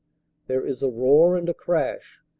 there is a roar and a crash,